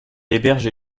héberge